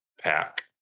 pack